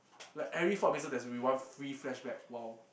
like every four episodes there's one free flashback !wow!